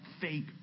fake